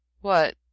What